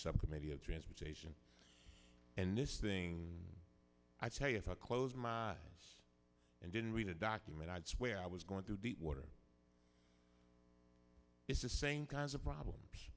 subcommittee of transportation and this thing i tell you how close my eyes and didn't read a document i'd swear i was going through the water it's the same kinds of problems